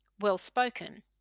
well-spoken